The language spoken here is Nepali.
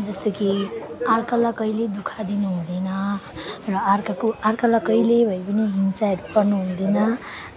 जस्तै कि अर्कालाई कहिल्यै दुःख दिनुहुँदैन र अर्काको अर्कालाई कहिल्यै भए पनि हिंसा गर्नुहुँदैन